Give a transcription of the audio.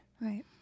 Right